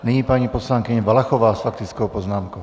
Nyní paní poslankyně Valachová s faktickou poznámkou.